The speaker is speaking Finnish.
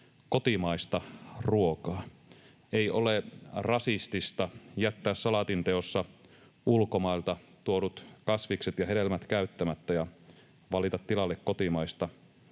kotimaista ruokaa. Ei ole rasistista jättää salaatinteossa ulkomailta tuodut kasvikset ja hedelmät käyttämättä ja valita tilalle kotimaista